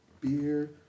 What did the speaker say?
beer